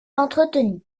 entretenue